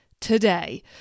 today